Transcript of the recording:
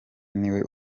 niwe